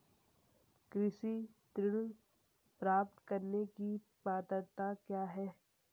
कृषि ऋण प्राप्त करने की पात्रता क्या है?